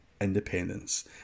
independence